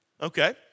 Okay